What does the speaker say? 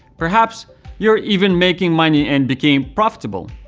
perhaps you are even making money and became profitable.